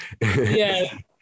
yes